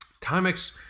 Timex